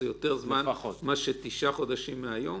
מה אתם אומרים?